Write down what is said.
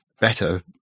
better